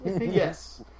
Yes